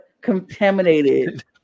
contaminated